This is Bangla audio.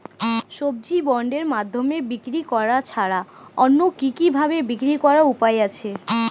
সবজি বন্ডের মাধ্যমে বিক্রি করা ছাড়া অন্য কি কি ভাবে বিক্রি করার উপায় আছে?